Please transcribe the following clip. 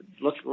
look